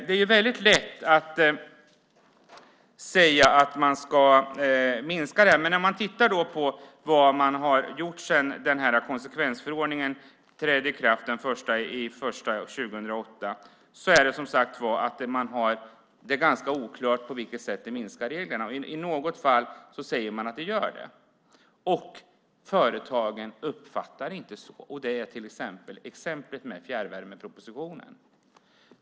Det är väldigt lätt att säga att man ska minska regelbördan. Men när man tittar vad man har gjort sedan konsekvensförordningen trädde i kraft den 1 januari 2008 är det ganska oklart på vilket sätt det minskar reglerna. I något fall säger man att det gör det. Företagen uppfattar det inte så. Det gäller till exempel fjärrvärmepropositionen.